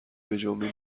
بجنبین